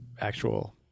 actual